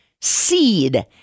seed